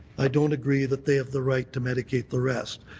i don't agree that they have the right to medicate the rest.